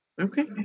Okay